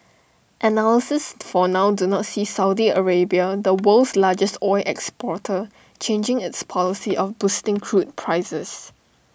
analysts for now do not see Saudi Arabia the world's largest oil exporter changing its policy of boosting crude prices